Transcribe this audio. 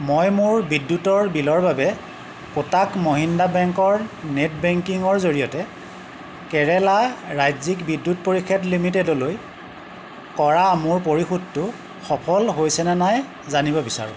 মই মোৰ বিদ্যুতৰ বিলৰ বাবে কোটাক মহিন্দ্ৰা বেংকৰ নেট বেংকিঙৰ জৰিয়তে কেৰালা ৰাজ্যিক বিদ্যুৎ পৰিষদ লিমিটেডলৈ কৰা মোৰ পৰিশোধটো সফল হৈছেনে নাই জানিব বিচাৰোঁ